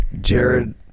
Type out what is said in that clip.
Jared